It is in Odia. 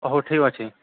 ହଉ ଠିକ୍ ଅଛି